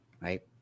right